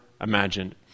imagined